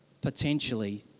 potentially